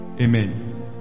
Amen